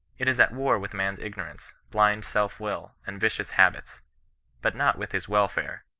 it is at war with man's igno rance, blind self-will, and vicious habits but not with his welfare,